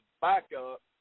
backup